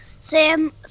Sam